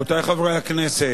אם כבר משהו